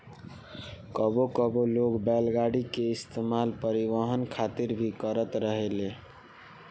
कबो कबो लोग बैलगाड़ी के इस्तेमाल परिवहन खातिर भी करत रहेले